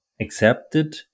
accepted